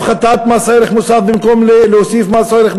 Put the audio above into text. הפחתת מס ערך מוסף במקום להוסיף מס ערך מוסף,